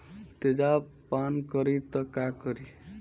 तेजाब पान करी त का करी?